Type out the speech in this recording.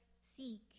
seek